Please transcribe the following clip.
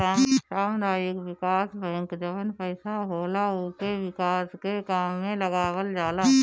सामुदायिक विकास बैंक जवन पईसा होला उके विकास के काम में लगावल जाला